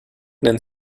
nennt